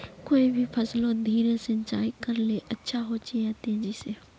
कोई भी फसलोत धीरे सिंचाई करले अच्छा होचे या तेजी से?